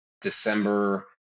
December